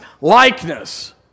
likeness